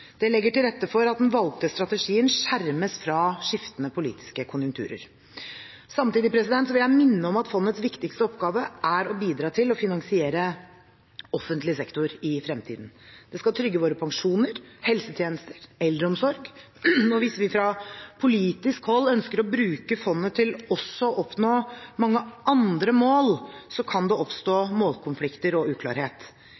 Det legger til rette for at den valgte strategien skjermes fra skiftende politiske konjunkturer. Samtidig vil jeg minne om at fondets viktigst oppgave er å bidra til å finansiere offentlig sektor i fremtiden. Det skal trygge våre pensjoner, helsetjenester og eldreomsorg, og hvis vi fra politisk hold ønsker å bruke fondet til også å oppnå mange andre mål, kan det oppstå målkonflikter og uklarhet.